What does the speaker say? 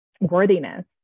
Worthiness